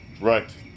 right